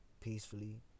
peacefully